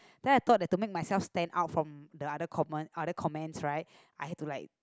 then I thought that to make myself stand out from the other comme~ the other comments right I had to like